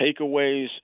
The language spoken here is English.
takeaways